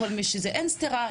אין סתירה,